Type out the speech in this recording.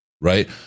Right